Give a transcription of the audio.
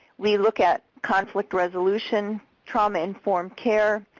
we look at conflict resolution, trauma informed care,